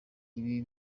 ibi